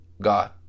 God